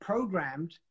Programmed